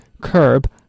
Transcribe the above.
curb